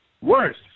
Worse